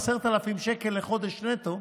10,000 שקל לחודש נטו,